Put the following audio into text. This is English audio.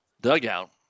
dugout